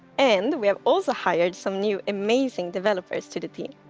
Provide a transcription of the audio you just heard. and we have also hired some new amazing developers to the team.